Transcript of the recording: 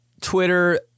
Twitter